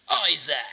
Isaac